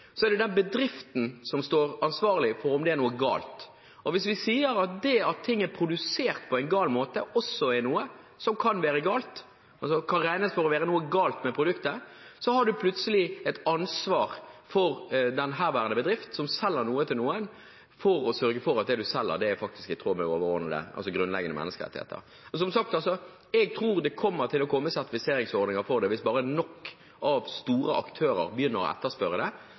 er det den bedriften som står ansvarlig om det er noe galt. Hvis vi sier at det at ting er produsert på en gal måte, også er noe som kan være galt – som kan regnes for å være noe galt med produktet – har man plutselig et ansvar, den herværende bedrift som selger noe til noen, for å sørge for at det man selger, faktisk er i tråd med grunnleggende menneskerettigheter. Som sagt tror jeg det kommer til å komme sertifiseringsordninger for det hvis bare nok store aktører begynner å etterspørre det.